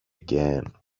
again